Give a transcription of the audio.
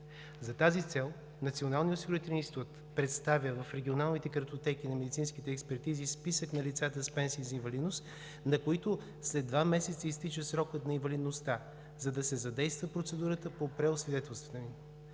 За тази цел Националният осигурителен институт представя в регионалните картотеки на медицинските експертизи списък на лицата с пенсии за инвалидност, на които след два месеца изтича срокът на инвалидността. За да се задейства процедурата по преосвидетелстване, тези лица се